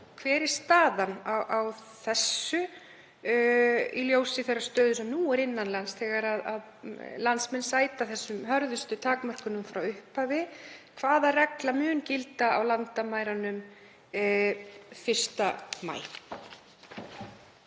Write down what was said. Hver er staðan á þessu í ljósi þeirrar stöðu sem nú er innan lands þegar landsmenn sæta hörðustu takmörkunum frá upphafi? Hvaða regla mun gilda á landamærunum 1. maí?